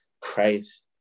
Christ